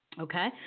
okay